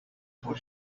for